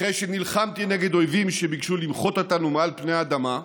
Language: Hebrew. אחרי שנלחמתי נגד אויבים שביקשו למחות אותנו מעל פני האדמה,